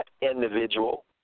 individual